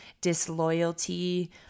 disloyalty